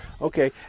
Okay